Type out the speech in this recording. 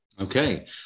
Okay